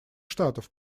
штатов